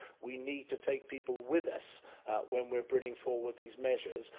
we need to take people with us when we're bringing forward these measures,